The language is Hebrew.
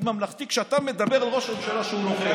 ממלכתי כשאתה אומר על ראש ממשלה שהוא נוכל?